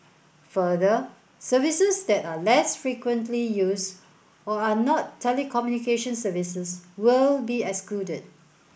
further services that are less frequently used or are not telecommunication services will be excluded